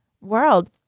world